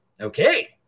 Okay